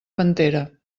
pantera